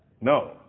No